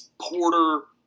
Porter